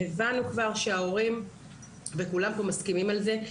הבנו כבר שההורים וכולם פה מסכימים על זה,